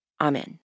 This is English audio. Amen